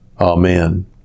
Amen